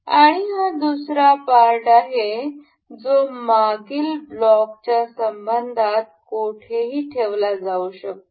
आणि हा दुसरा पार्ट आहे जो मागील ब्लॉकच्या संबंधात कोठेही ठेवला जाऊ शकतो